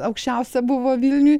aukščiausia buvo vilniuj